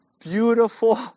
beautiful